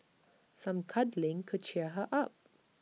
some cuddling could cheer her up